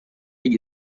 agli